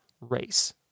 race